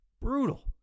brutal